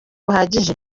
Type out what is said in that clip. buhagije